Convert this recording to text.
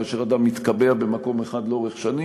כאשר אדם מתקבע במקום אחד לאורך השנים,